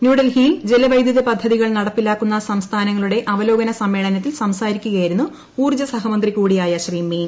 ന്യൂഡൽഹിയിൽ ജലവൈദ്യുത പദ്ധതികൾ നടപ്പിലാക്കുന്ന സംസ്ഥാനങ്ങളുടെ അവലോകന സമ്മേളനത്തിൽ സംസാരിക്കുകയായിരുന്നു ഊർജ്ജസഹമന്ത്രി കൂടിയായ ശ്രീ മെയ്ൻ